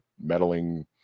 meddling